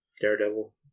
Daredevil